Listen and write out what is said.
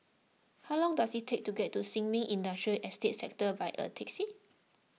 how long does it take to get to Sin Ming Industrial Estate Sector by a taxi